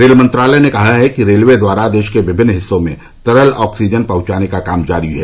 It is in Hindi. रेल मंत्रालय ने कहा है कि रेलवे द्वारा देश के विमिन्न हिस्सों में तरल चिकित्सा ऑक्सीजन पहुंचाने का काम जारी है